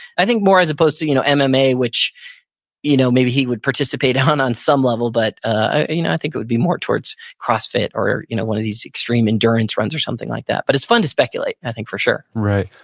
i think more as opposed to you know and mma, which you know maybe he would participate on, on some level, but ah you know i think it would be more towards cross-fit or you know one of these extreme endurance runs or something like that. but it's fun to speculate, i think for sure right.